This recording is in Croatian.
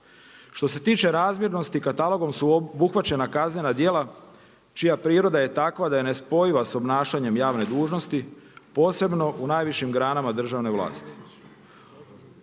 Što se tiče razmjernosti katalogom su obuhvaćena kaznena djela čija priroda je takva da je nespojiva sa obnašanjem javne dužnosti posebno u najvišim granama državne vlasti.